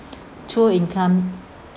two income